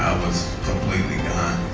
was completely gone.